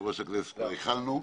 וליושב-ראש הכנסת כבר איחלנו.